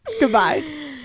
Goodbye